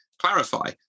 clarify